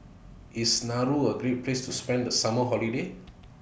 IS Nauru A Great Place to spend The Summer Holiday